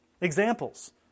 Examples